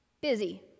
Busy